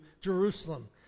Jerusalem